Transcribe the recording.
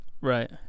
Right